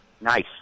Nice